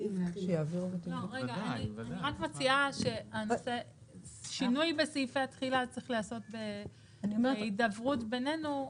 אני רק מציעה ששינוי בסעיפי התחילה צריך להיעשות בהידברות ביננו.